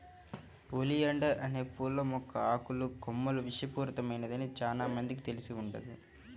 oleander అనే పూల మొక్క ఆకులు, కొమ్మలు విషపూరితమైనదని చానా మందికి తెలిసి ఉండదు